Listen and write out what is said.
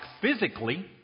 physically